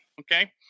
okay